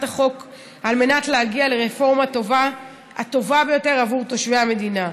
החוק על מנת להגיע לרפורמה הטובה ביותר עבור תושבי המדינה.